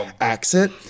accent